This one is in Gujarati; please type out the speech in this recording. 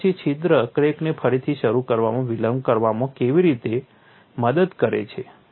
તો પછી છિદ્ર ક્રેકને ફરીથી શરૂ કરવામાં વિલંબ કરવામાં કેવી રીતે મદદ કરે છે